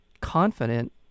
confident